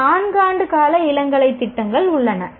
சில 4 ஆண்டு கால இளங்கலை திட்டங்கள் உள்ளன